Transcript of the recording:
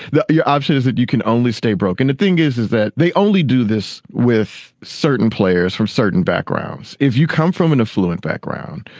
your option is that you can only stay broken the thing is is that they only do this with certain players from certain backgrounds if you come from an affluent background.